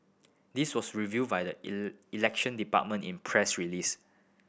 this was revealed by the Election Department in press release